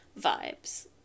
vibes